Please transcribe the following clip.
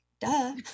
duh